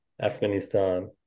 Afghanistan